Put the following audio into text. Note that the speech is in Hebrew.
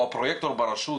או הפרויקטור ברשות,